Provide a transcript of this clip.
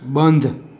બંધ